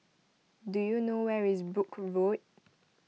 do you know where is Brooke Road